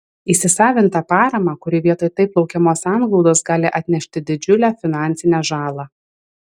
įsisavintą paramą kuri vietoj taip laukiamos sanglaudos gali atnešti didžiulę finansinę žalą